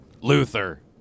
Luther